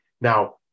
now